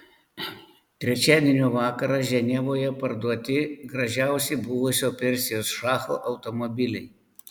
trečiadienio vakarą ženevoje parduoti gražiausi buvusio persijos šacho automobiliai